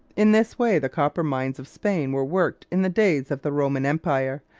in this way the copper mines of spain were worked in the days of the roman empire,